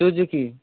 Suzuki